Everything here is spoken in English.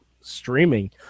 streaming